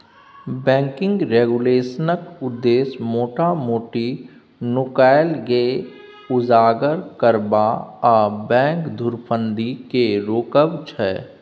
banking रेगुलेशनक उद्देश्य मोटा मोटी नुकाएल केँ उजागर करब आ बैंक धुरफंदी केँ रोकब छै